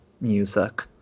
music